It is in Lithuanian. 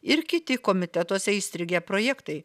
ir kiti komitetuose įstrigę projektai